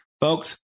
Folks